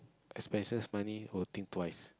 expenses money will think twice